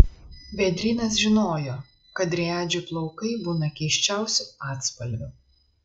vėdrynas žinojo kad driadžių plaukai būna keisčiausių atspalvių